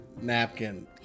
napkin